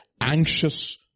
anxious